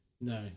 no